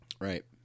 Right